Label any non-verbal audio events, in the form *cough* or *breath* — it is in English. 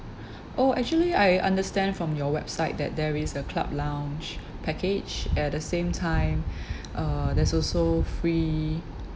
*breath* oh actually I understand from your website that there is a club lounge package at the same time *breath* uh there's also free